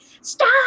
stop